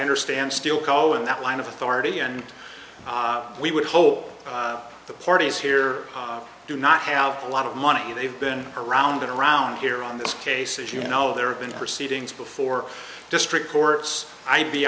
understand still call in that line of authority and we would hope the parties here do not have a lot of money they've been around and around here on this case as you know there have been proceedings before district courts i